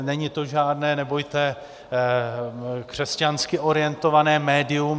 Není to žádné, nebojte, křesťansky orientované médium.